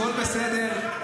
הכול בסדר.